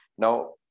Now